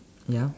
ya